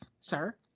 sir